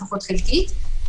לפחות חלקית.